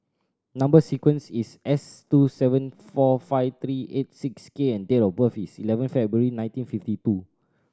number sequence is S two seven four five three eight six K and date of birth is eleven February nineteen fifty two